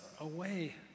away